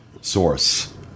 source